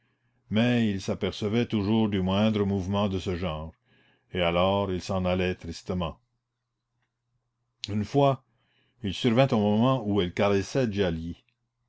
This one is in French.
mais il s'apercevait toujours du moindre mouvement de ce genre et alors il s'en allait tristement une fois il survint au moment où elle caressait